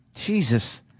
Jesus